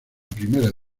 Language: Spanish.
primera